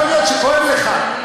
חיים, יכול להיות שכואב לך.